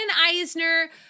Eisner